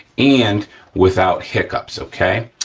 and without hiccups, okay?